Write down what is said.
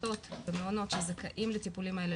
הפעוטות במעונות שזכאים לטיפולים האלה